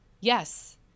Yes